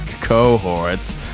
cohorts